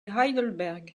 heidelberg